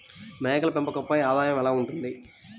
మేకల పెంపకంపై ఆదాయం ఎలా ఉంటుంది?